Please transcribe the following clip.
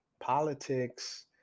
politics